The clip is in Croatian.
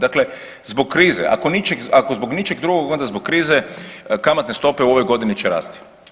Dakle, zbog krize, ako zbog ničeg drugog, onda zbog krize kamatne stope u ovoj godini će rasti.